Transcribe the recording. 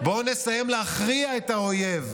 בואו נסיים להכריע את האויב,